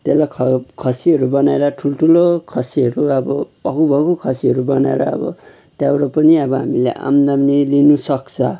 त्यसलाई खसीहरू बनाएर ठुल्ठुलो खसीहरू अब भक्कु भक्कु खसीहरू बनाएर अब त्यहाँबाट पनि अब हामीले आम्दानी लिनुसक्छ